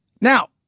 now